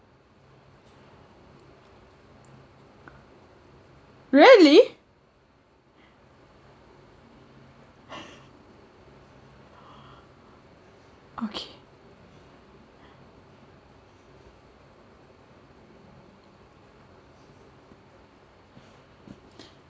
really okay